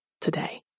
today